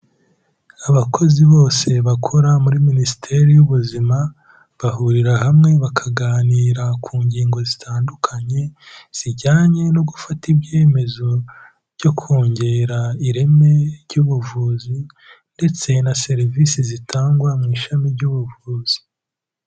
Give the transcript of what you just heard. Abakozi bose bakora muri Minisiteri y'Ubuzima bahurira hamwe bakaganira ku ngingo zitandukanye; zijyanye no gufata ibyemezo byo kongera ireme ry'ubuvuzi ndetse na serivise zitangwa mu ishami ry'ubuvuzi.